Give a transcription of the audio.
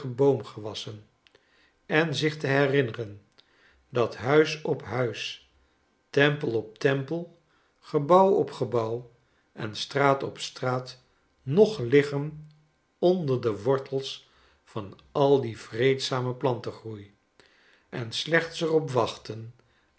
boomgewassen enzich te herinneren dat huis op huis tempel op tempel gebouw op gebouw en straat op straat nog liggen onder de wortels van al dien vreedzamen plantengroei en slechts er op wachten